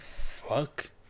Fuck